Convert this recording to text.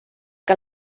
que